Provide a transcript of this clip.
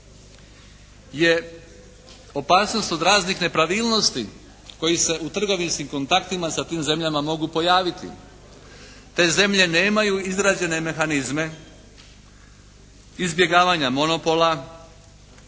je opasnost od raznih nepravilnosti koji se u trgovinskim kontaktima sa tim zemljama mogu pojaviti. Te zemlje nemaju izrađene mehanizme izbjegavanja monopola,